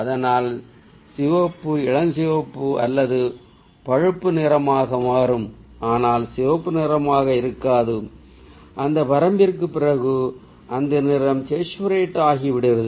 அதனால் சிவப்பு இளஞ்சிவப்பு அல்லது பழுப்பு நிறமாக மாறும் ஆனால் சிவப்பு நிறமாக இருக்காது அந்த வரம்பிற்கு பிறகு அந்த நிறம் சேச்சுரேட் ஆகிவிடுகிறது